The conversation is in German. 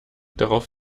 drauf